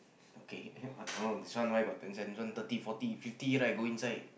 okay eh what this one where got ten cent this one thirty forty fifty right go inside